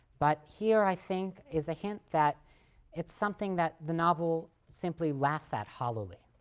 but here i think is a hint that it's something that the novel simply laughs at hollowly.